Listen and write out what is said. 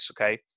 Okay